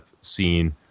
seen